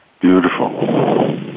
Beautiful